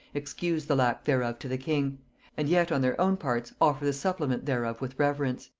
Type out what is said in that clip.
excuse the lack thereof to the king and yet on their own parts offer the supplement thereof with reverence.